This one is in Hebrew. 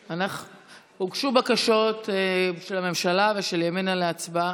הוגשו בקשות של הממשלה ושל ימינה להצבעה,